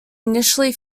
initially